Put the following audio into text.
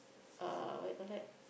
uh what you call that